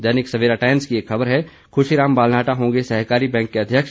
दैनिक Savera Times की एक खबर है खुशीराम बालनाटाह होंगे सहकारी बैंक के अध्यक्ष